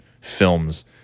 films